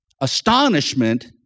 astonishment